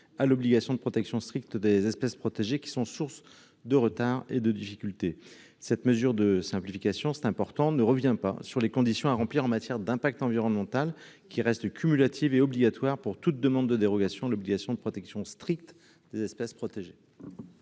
à l'obligation de protection stricte des espèces protégées qui sont source de retard et de difficultés. Cette mesure de simplification. C'est important ne revient pas sur les conditions à remplir, en matière d'impact environnemental qui reste du cumulative est obligatoire pour toute demande de dérogation à l'obligation de protection stricte des espèces protégées.